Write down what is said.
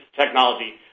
technology